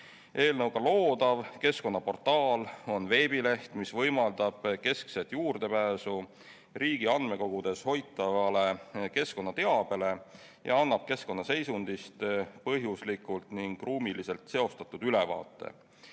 Eelnõuga loodav keskkonnaportaal on veebileht, mis võimaldab keskset juurdepääsu riigi andmekogudes hoitavale keskkonnateabele ning annab keskkonnaseisundist põhjuslikult ja ruumiliselt seostatud ülevaate.